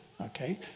okay